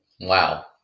Wow